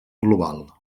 global